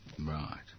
Right